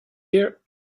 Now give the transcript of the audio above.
here